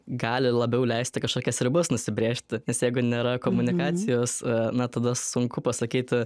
gali labiau leisti kažkokias ribas nusibrėžti nes jeigu nėra komunikacijos na tada sunku pasakyti